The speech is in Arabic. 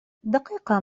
دقيقة